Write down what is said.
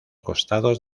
costados